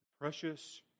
precious